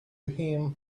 him